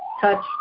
touch